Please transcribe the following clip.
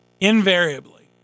invariably